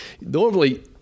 Normally